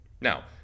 Now